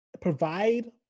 provide